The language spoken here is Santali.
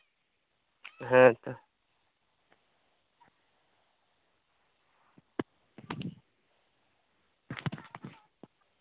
ᱦᱮᱸᱛᱚ